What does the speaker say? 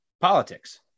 politics